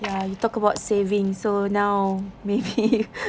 ya you talk about saving so now maybe